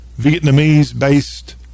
Vietnamese-based